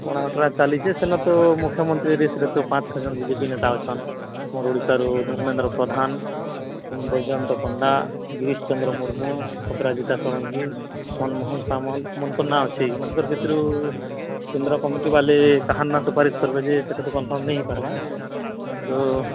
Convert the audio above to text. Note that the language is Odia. ଟଣା ଘୋଟରା ଚାଲିଛି ସେନେତ ମୁଖ୍ୟମନ୍ତ୍ରୀ ରେସ୍ରେ ତ ପାଞ୍ଚ ଜଣ ବି ଜେ ପି ନେତା ଅଛନ୍ ଆମ ଓଡ଼ିଶାରୁ ଧର୍ମେନ୍ଦ୍ର ପ୍ରଧାନ ବୈଜନ୍ତ ପଣ୍ଡା ଗିରିଶ ଚନ୍ଦ୍ର ମୁର୍ମୁ ଅପରାଜିତା ଷଡ଼ଙ୍ଗୀ ମନମୋହଲ ସାମଲ ଏମାନଙ୍କ ନାଁ ଅଛି ଏମାନଙ୍କ ଭିତରୁ କେନ୍ଦ୍ର କମିଟି ବାଲି କାହାର ନାଁ ସୁପାରିଶ କରିବେ ଯେ ସେଟା ତ କନଫର୍ମ ନେଇଁ ପାର୍ବା ତ